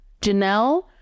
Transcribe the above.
Janelle